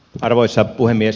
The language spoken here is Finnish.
arvoisa puhemies